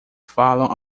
falam